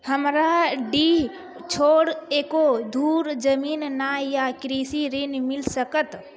हमरा डीह छोर एको धुर जमीन न या कृषि ऋण मिल सकत?